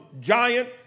giant